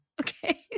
okay